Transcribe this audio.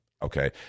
Okay